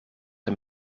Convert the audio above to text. hem